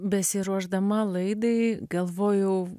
besiruošdama laidai galvojau